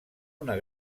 una